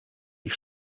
ich